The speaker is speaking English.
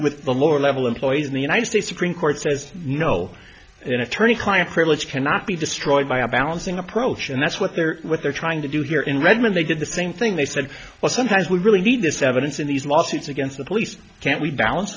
with a lower level employees in the united states supreme court says no an attorney client privilege cannot be destroyed by a balancing approach and that's what they're what they're trying to do here in redmond they did the same thing they said well sometimes we really need this evidence in these lawsuits against the police can't we balance